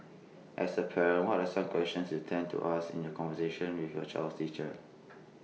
as A parent what are some questions you tend to ask in your conversations with your child's teacher